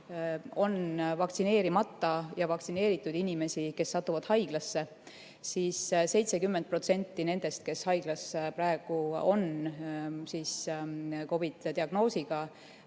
on vaktsineerimata ja vaktsineeritud inimesi, kes satuvad haiglasse, siis 70% nendest, kes on haiglas praegu COVID-i diagnoosiga,